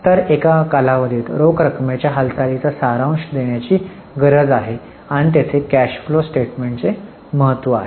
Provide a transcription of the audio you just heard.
तर एका कालावधीत रोख रकमेच्या हालचालीचा सारांश देण्याची गरज आहे आणि तेथे कॅश फ्लो स्टेटमेंटचे महत्त्व आहे